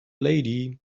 lady